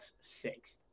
sixth